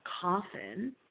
coffin